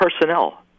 personnel